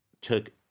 took